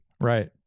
Right